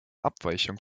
abweichung